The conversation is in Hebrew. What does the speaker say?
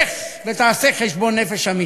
לך ותעשה חשבון נפש אמיתי.